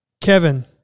Kevin